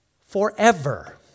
forever